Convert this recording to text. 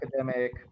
academic